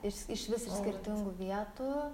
is išvis iš skirtingų vietų